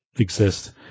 exist